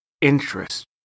interest